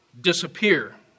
disappear